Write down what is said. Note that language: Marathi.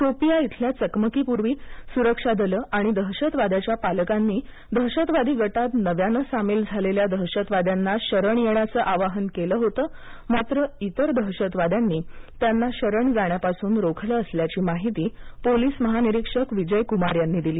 शोपियां इथल्या चकमकीपूर्वी सुरक्षा दलं आणि दहशतवाद्याच्या पालकांनी दहशतवादी गटात नव्यानं सामील झालेल्या दहशतवाद्यांना शरण येण्याचं आवाहन केलं होतं मात्र इतर दहशतवाद्यांनी त्यांना शरण जाण्यापासून रोखलं असल्याची माहिती पोलीस महानिरीक्षक विजय कुमार यांनी दिली